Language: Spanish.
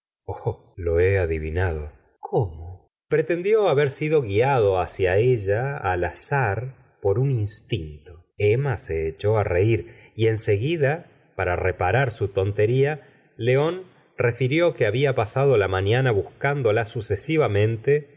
lo he adivinado cómo pretendió haber sido guiado hacia ella al azar por un instinto emma se echó á reir y en seguida para reparar su tontería león refirió que había pasado la mañana buscltndola sucesivamente